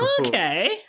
okay